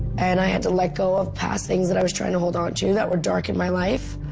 and i had to let go of past things that i was trying to hold onto that were dark in my life.